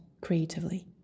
creatively